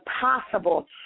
possible